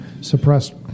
suppressed